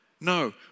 No